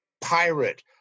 pirate